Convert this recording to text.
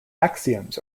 axioms